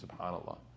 subhanAllah